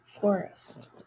Forest